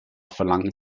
verlangen